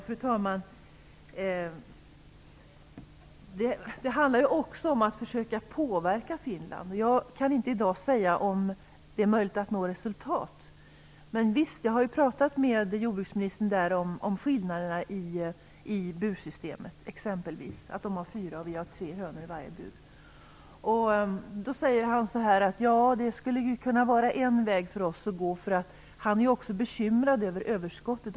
Fru talman! Det handlar också om att försöka påverka Finland. Jag kan inte i dag säga om det är möjligt att nå resultat. Visst har jag pratat med jordbruksministern där om skillnaderna i bursystemen, exempelvis, dvs. att de har fyra och att vi har tre hönor i varje bur. Han säger att det skulle kunna vara en väg att gå för dem. Han är också bekymrad över överskottet.